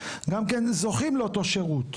גם כן זוכים לאותו שירות.